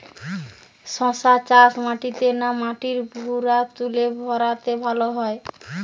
শশা চাষ মাটিতে না মাটির ভুরাতুলে ভেরাতে ভালো হয়?